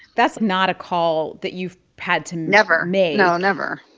that's not a call that you've had to. never. make no. never